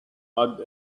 had